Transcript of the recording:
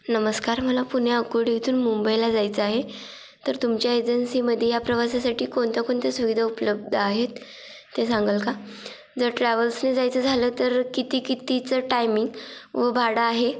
नमस्कार मला पुणे आकुर्डी येथून मुंबईला जायचं आहे तर तुमच्या एजन्सीमध्ये या प्रवासासाठी कोणत्या कोणत्या सुविधा उपलब्ध आहेत ते सांगाल का जर ट्रॅव्हल्सने जायचं झालं तर किती कितीचं टायमिंग व भाडं आहे